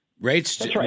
rates